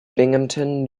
binghamton